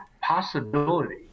possibility